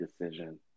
decision